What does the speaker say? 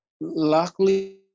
Luckily